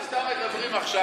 אולי אנחנו סתם מדברים עכשיו,